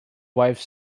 wife